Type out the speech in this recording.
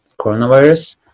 coronavirus